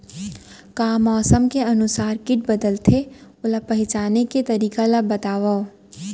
का मौसम के अनुसार किट बदलथे, ओला पहिचाने के तरीका ला बतावव?